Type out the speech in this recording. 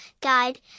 guide